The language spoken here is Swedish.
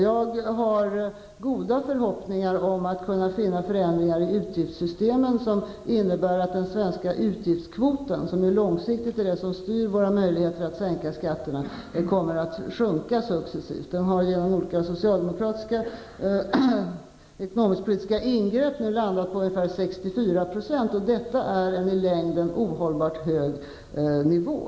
Jag har goda förhoppningar om att kunna finna förändringar i utgiftssystemen som innebär att den svenska utgiftskvoten, som långsiktigt styr våra möjligheter att sänka skatterna, kommer att sjunka successivt. Den har genom olika socialdemokratiska ekonomisk-politiska ingrepp nu landat på ungefär 64 %, och det är en i längden ohållbart hög nivå.